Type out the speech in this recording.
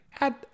add